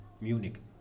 Munich